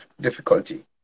difficulty